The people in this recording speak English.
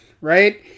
right